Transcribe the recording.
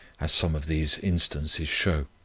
as some of these instances show.